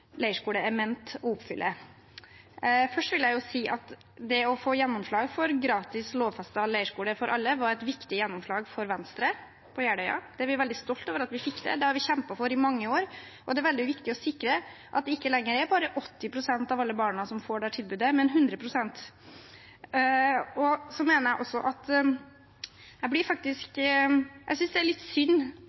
leirskole er ment å oppfylle. Først vil jeg si at det å få gjennomslag for gratis lovfestet leirskole for alle, var et viktig gjennomslag for Venstre på Jeløya. Det er vi veldig stolt over at vi fikk til, det har vi kjempet for i mange år. Det er veldig viktig å sikre at det ikke lenger er bare 80 pst. av alle barna som får dette tilbudet, men 100 pst. Jeg synes det er litt synd